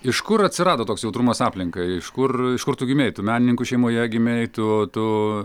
iš kur atsirado toks jautrumas aplinkai iš kur iš kur tu gimei tu menininkų šeimoje gimei tu tu